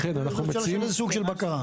לכן, אנחנו מציעים איזה סוג של בקרה.